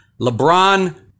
LeBron